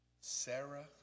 Sarah